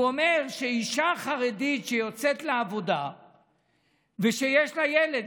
והוא אומר שאישה חרדית שיוצאת לעבודה ושיש לה ילד,